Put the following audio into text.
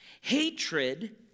hatred